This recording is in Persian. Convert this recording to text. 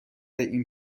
این